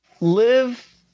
live